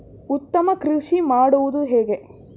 ಉತ್ತಮ ಕೃಷಿ ಮಾಡುವುದು ಹೇಗೆ?